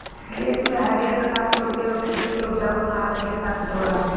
खेत में हरिर खाद के उपयोग खेत के उपजाऊ बनावे के खातिर होला